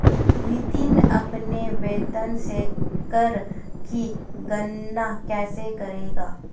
नितिन अपने वेतन से कर की गणना कैसे करेगा?